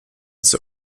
zur